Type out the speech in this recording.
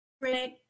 great